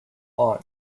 lawn